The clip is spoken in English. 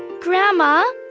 grandma,